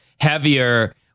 heavier